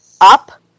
up